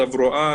תברואה,